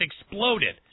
exploded